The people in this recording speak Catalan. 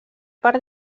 per